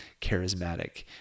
charismatic